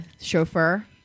chauffeur